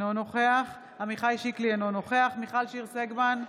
אינו נוכח עמיחי שיקלי, אינו נוכח מיכל שיר סגמן,